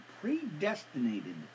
predestinated